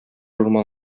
урман